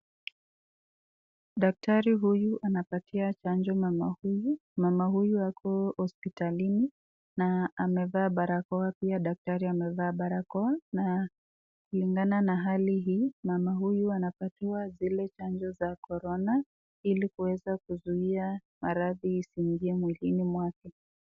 Daktari huyu anapatia chanjo mama huyu. Mama huyu ako hospitalini na amevaa barakoa pia daktari amevaa barakoa na kulingana na hali hii, mama huyu anapatiwa zile chanjo za korona ili kuweza kuzuia maradhi isiingie mwilini mwake.